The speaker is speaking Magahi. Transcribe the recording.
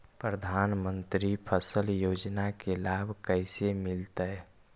प्रधानमंत्री फसल योजना के लाभ कैसे मिलतै?